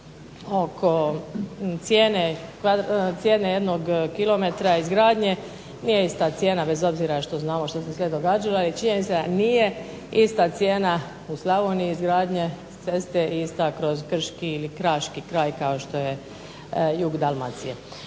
oko cijene jednog kilometra izgradnje, nije ista cijena bez obzira što znamo što se sve događalo, i činjenica nije ista cijena u Slavoniji izgradnje ceste ista kroz krški ili kraški kraj kao što je jug Dalmacije.